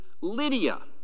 Lydia